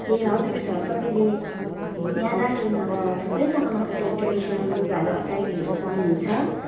ए हजुर सर तपाईँले यहाँ दार्जिलिङमा त थुप्रै जग्गामा तपाईँले ट्रेडिसनल लुगाहरू अटायरहरू पाउनुहुन्छ